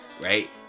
right